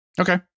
Okay